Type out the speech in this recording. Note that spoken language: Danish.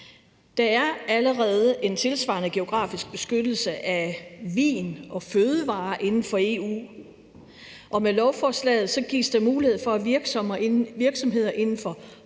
Der er allerede en tilsvarende geografisk beskyttelse af vin og fødevarer inden for EU, og med lovforslaget gives der mulighed for, at virksomheder inden for